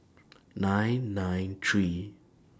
nine nine three